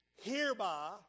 Hereby